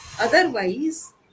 Otherwise